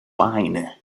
wine